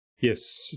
yes